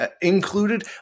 included